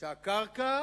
שהקרקע